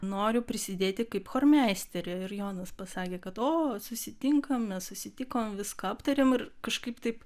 noriu prisidėti kaip chormeisterė ir jonas pasakė kad o susitinkam mes susitikom viską aptarėm ir kažkaip taip